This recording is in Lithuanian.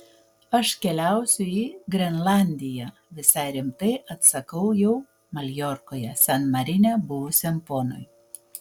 aš keliausiu į grenlandiją visai rimtai atsakau jau maljorkoje san marine buvusiam ponui